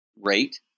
rate